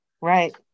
Right